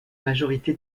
majorité